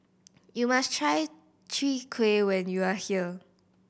you must try Chwee Kueh when you are here